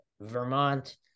Vermont